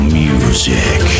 music